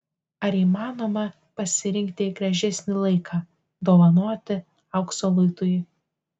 ar įmanoma pasirinkti gražesnį laiką dovanoti aukso luitui